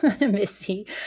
Missy